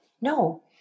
No